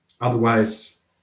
Otherwise